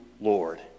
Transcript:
Lord